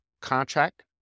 contract